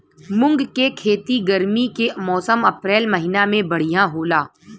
मुंग के खेती गर्मी के मौसम अप्रैल महीना में बढ़ियां होला?